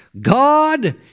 God